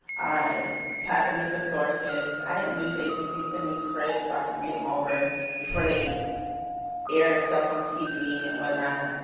ah tapping me for sources. i had news agencies send me scripts, so i can read em over before they aired stuff on tv and what not,